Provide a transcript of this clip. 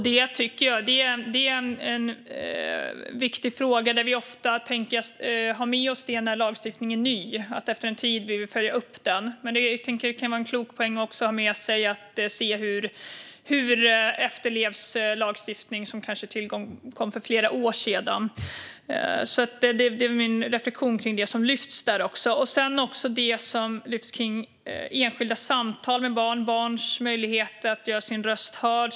Det är en viktig fråga att ha med oss när lagstiftningen är ny att efter en tid följa upp den. Det kan också vara en klok poäng att ha med sig att se hur lagstiftning efterlevs som kanske tillkom för flera år sedan. Det är min reflektion kring det som lyfts fram. Det lyfts fram enskilda samtal med barn och barns möjligheter att göra sin röst hörd.